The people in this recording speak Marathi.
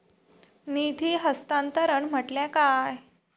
निधी हस्तांतरण म्हटल्या काय?